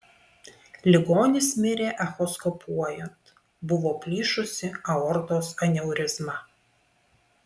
ligonis mirė echoskopuojant buvo plyšusi aortos aneurizma